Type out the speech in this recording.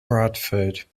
bradford